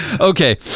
Okay